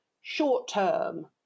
short-term